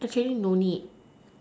actually no need